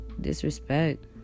disrespect